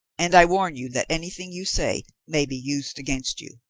and i warn you that anything you say may be used against you.